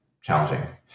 challenging